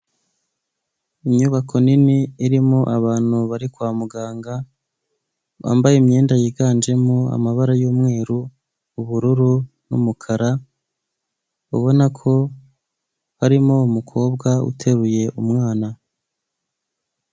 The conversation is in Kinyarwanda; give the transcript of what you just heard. Inyubako nini irimo abantu bari kwa muganga bambaye imyenda yiganjemo amabara y'umweru, ubururu n'umukara, ubona ko harimo umukobwa uteruye umwana.